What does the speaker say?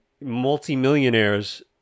multimillionaires